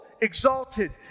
exalted